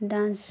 dance